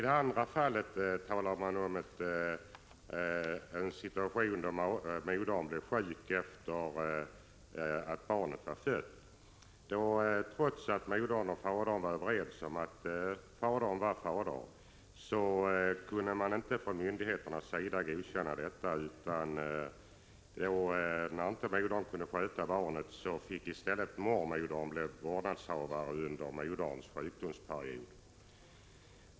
Det andra fallet är en moder som blev sjuk efter barnets födelse. Trots att modern och fadern var överens i faderskapsfrågan kunde detta inte godkännas av myndigheterna. Då modern inte kunde sköta om barnet fick i stället mormodern bli vårdnadshavare under moderns sjukdomsperiod.